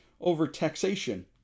over-taxation